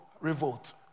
revolt